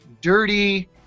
dirty